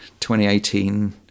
2018